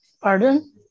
Pardon